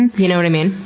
and you know what i mean?